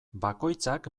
bakoitzak